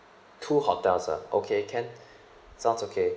two hotels ah okay can sounds okay